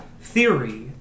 theory